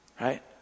right